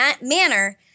manner